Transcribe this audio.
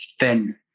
thin